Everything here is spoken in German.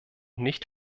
nicht